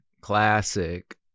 Classic